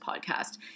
podcast